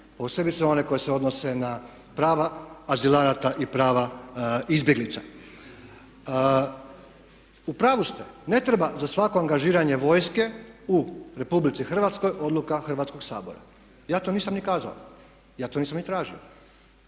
posebice one koje se odnose na prava azilanata i prava izbjeglica. U pravu ste, ne treba za svako angažiranje vojske u Republici Hrvatskoj odluka Hrvatskoga sabora, ja to nisam ni kazao, ja to nisam ni tražio.